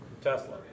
Tesla